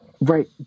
right